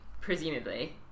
presumably